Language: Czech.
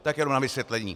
Tak jenom na vysvětlení.